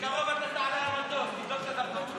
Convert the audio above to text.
בקרוב אתה תעלה על מטוס, תבדוק את הדרכון שלך.